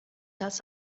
das